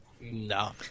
No